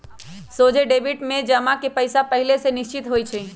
सोझे डेबिट में जमा के पइसा पहिले से निश्चित होइ छइ